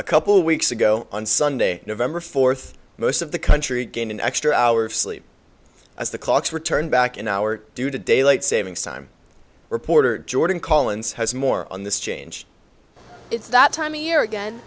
a couple weeks ago on sunday november fourth most of the country gained an extra hour of sleep as the clocks returned back an hour due to daylight savings time reporter jordan collins has more on this change it's that time of year again